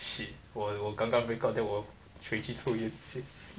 shit 我我刚刚 break out then 我学去抽烟